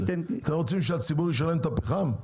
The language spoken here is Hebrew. אתם רוצים שהציבור ישלם על הפחם?